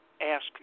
ask